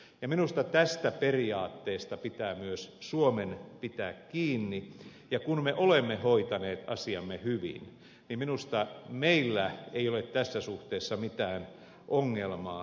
minusta tästä periaatteesta pitää myös suomen pitää kiinni ja kun me olemme hoitaneet asiamme hyvin niin minusta meillä ei ole tässä suhteessa mitään ongelmaa päinvastoin